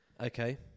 Okay